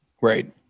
Right